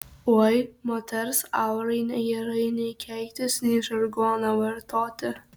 oi moters aurai negerai nei keiktis nei žargoną vartoti